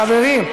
חברים,